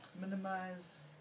minimize